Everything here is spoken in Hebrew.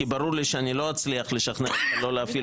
כי ברור לי שאני לא אצליח לשכנע לא להפעיל